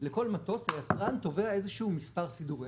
לכל מטוס היצרן תובע איזשהו מספר סידורי,